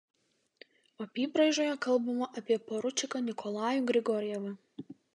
apybraižoje kalbama apie poručiką nikolajų grigorjevą